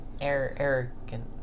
arrogant